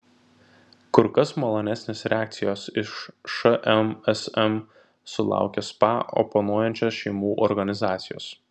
kur kas malonesnės reakcijos iš šmsm sulaukė spa oponuojančios šeimų organizacijos